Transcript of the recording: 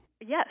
Yes